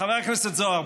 חבר הכנסת זוהר,